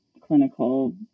clinical